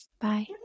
bye